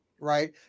right